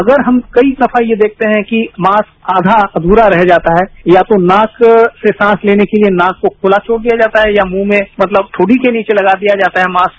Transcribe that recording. अगर हम कई दफा ये देखते है कि मास्क आघा अघ्रा रह जाता है या तो मास्क से सांस लेने के लिए नाक को खुला छोड़ दिया जाता है या मुंह में मतलब ठोड़ी के नीचे लगा दिया जाता है मास्क